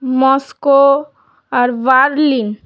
Moscow আর Berlin